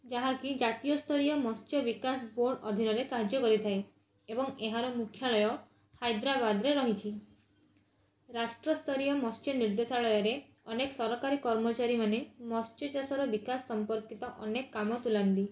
ଯାହା କି ଜାତୀୟ ସ୍ତରୀୟ ମତ୍ସ୍ୟ ବିକାଶ ବୋର୍ଡ଼ ଅଧିନରେ କାର୍ଯ୍ୟ କରିଥାଏ ଏବଂ ଏହାର ମୁଖ୍ୟାଳୟ ହାଇଦ୍ରାବାଦରେ ରହିଛି ରାଷ୍ଟ୍ର ସ୍ତରୀୟ ମତ୍ସ୍ୟ ନିର୍ଦ୍ଦେଶାଳୟରେ ଆନେକ ସରକାରୀ କର୍ମଚାରୀମାନେ ମତ୍ସ୍ୟ ଚାଷର ବିକାଶ ସମ୍ପର୍କିତ ଅନେକ କାମ ତୁଲାନ୍ତି